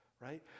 Right